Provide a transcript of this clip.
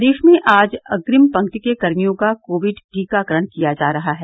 प्रदेश में आज अग्रिम पंक्ति के कर्मियों का कोविड टीकाकरण किया जा रहा है